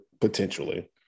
potentially